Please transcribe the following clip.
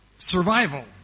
Survival